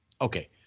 Okay